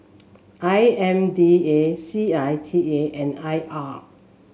I M D A C I T I and I R